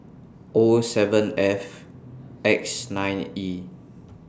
O seven F X nine E